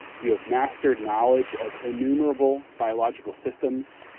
you have mastered knowledge of innumerable biological systems.